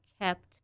kept